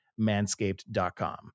manscaped.com